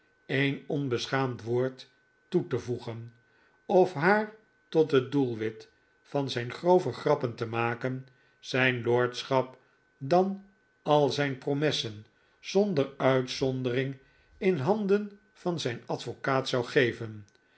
een onbeschaamd woord toe te voegen of haar tot het doelwit van zijn grove grappen te maken zijn lordschap dan al zijn promessen zonder uitzondering in handen van zijn advocaat zou geven